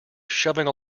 shoving